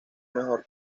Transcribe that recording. mejor